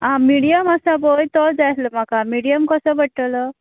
आं मिडयम आसा पळय तो जाय आसलो म्हाका मिडयम कसो पडटलो